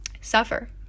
suffer